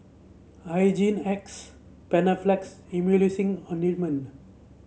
Hygin X Panaflex Emulsying Ointment